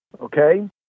Okay